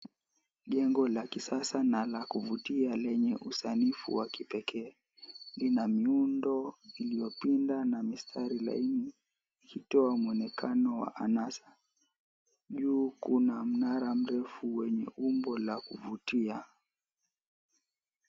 Jengo la kisasa na la kuvutia lenye usanifu wa kipekee lina miundo iliopinda na mistari laini ukitoa muonekano wa anasa. Juu kuna mnara mrefu wenye umbo la kuvutia.